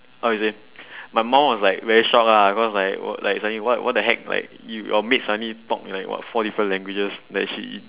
how to say my mum was like very shocked lah cause like like suddenly what what the heck l~ like your maid suddenly talk like what four different languages that she